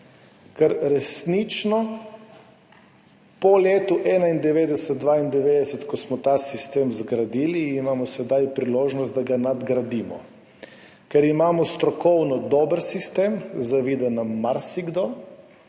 Ker resnično imamo po letih 1991, 1992, ko smo ta sistem zgradili, sedaj priložnost, da ga nadgradimo, ker imamo strokovno dober sistem, zavida nam marsikdo.